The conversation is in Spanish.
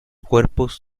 cuerpos